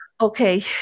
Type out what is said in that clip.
Okay